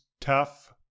tough